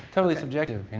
totally subjective, you know?